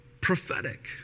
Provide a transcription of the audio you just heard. prophetic